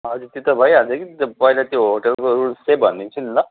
हजुर त्यो त भइहाल्छ कि पहिला त्यो होटेलको रुल्स चाहिँ भनिदिन्छु नि ल